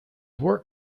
work